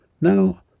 Now